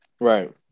right